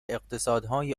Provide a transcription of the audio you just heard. اقتصادهای